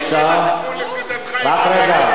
איזה מצפון לפי דעתך יכול להיות לחילוני?